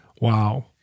Wow